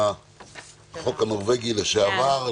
אנחנו פותחים את הישיבה במה שנקרא החוק הנורבגי לשעבר,